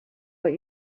what